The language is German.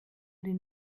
den